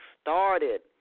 started